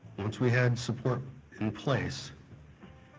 once we had support in place,